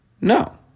No